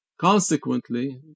Consequently